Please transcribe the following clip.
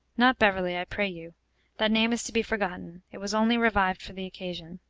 not beverley, i pray you that name is to be forgotten it was only revived for the occasion.